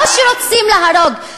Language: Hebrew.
לא שרוצים להרוג,